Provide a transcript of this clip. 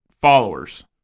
followers